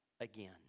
again